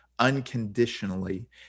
Unconditionally